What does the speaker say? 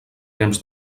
temps